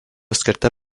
skirta